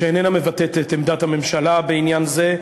שאיננה מבטאת את עמדת הממשלה בעניין זה.